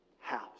house